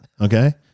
Okay